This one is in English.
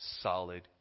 solid